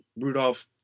Rudolph